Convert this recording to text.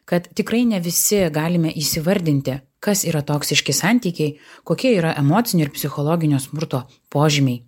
kad tikrai ne visi galime įsivardinti kas yra toksiški santykiai kokie yra emocinių ir psichologinio smurto požymiai